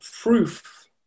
proof